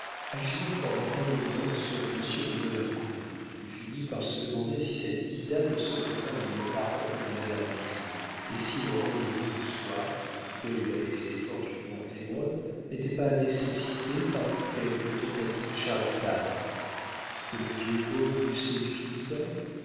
agirent pendant un moment sur monsieur de maulincour qui finit par se demander si cette ida ne serait pas une parente de madame jules et si le rendez-vous du soir duquel il avait été fortuitement témoin n'était pas nécessité par quelque tentative charitable que le vieux pauvre eût séduit